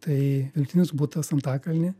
tai vidutinis butas antakalny